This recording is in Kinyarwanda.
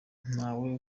ntawe